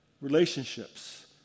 relationships